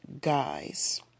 guys